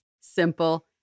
simple